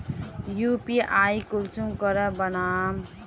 UPI कुंसम करे बनाम?